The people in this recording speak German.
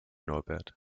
norbert